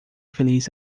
feliz